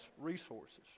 resources